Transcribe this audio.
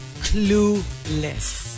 clueless